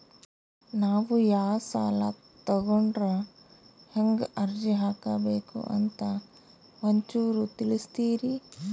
ನಾವು ಯಾ ಸಾಲ ತೊಗೊಂಡ್ರ ಹೆಂಗ ಅರ್ಜಿ ಹಾಕಬೇಕು ಅಂತ ಒಂಚೂರು ತಿಳಿಸ್ತೀರಿ?